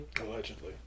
Allegedly